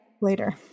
Later